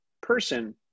person